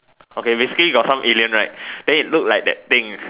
okay basically got some alien right then it look like that thing